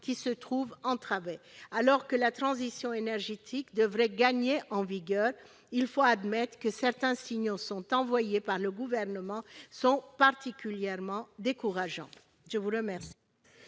qui s'en trouverait entravée. Alors que la transition énergétique devrait gagner en vigueur, certains signaux envoyés par le Gouvernement sont particulièrement décourageants.